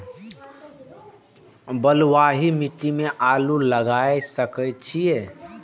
बलवाही मिट्टी में आलू लागय सके छीये?